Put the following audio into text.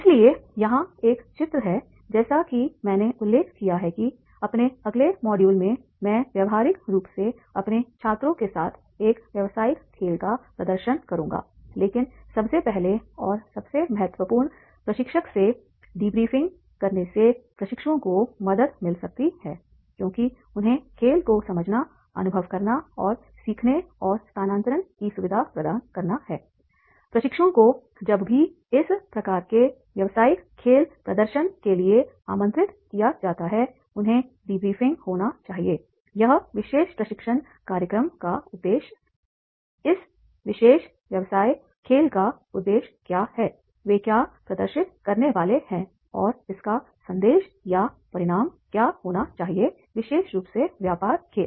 इसलिए यहाँ एक चित्र है जैसा कि मैंने उल्लेख किया है कि अपने अगले मॉड्यूल में मैं व्यावहारिक रूप से अपने छात्रों के साथ एक व्यावसायिक खेल का प्रदर्शन करूंगा लेकिन सबसे पहले और सबसे महत्वपूर्ण प्रशिक्षक से डीब्रीफिंग करने से प्रशिक्षुओं को मदद मिल सकती है क्योंकि उन्हें खेल को समझना अनुभव करना और सीखने और स्थानांतरण की सुविधा प्रदान करना है प्रशिक्षुओं को जब भी इस प्रकार के व्यावसायिक खेल प्रदर्शन के लिए आमंत्रित किया जाता है उन्हें डीब्रीफिंग होना चाहिए यह विशेष प्रशिक्षण कार्यक्रम का उद्देश्य इस विशेष व्यवसाय खेल का उद्देश्य क्या है वे क्या प्रदर्शित करने वाले हैं और इसका संदेश या परिणाम क्या होना चाहिएविशेष रूप से व्यापार खेल